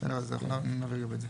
בסדר גמור.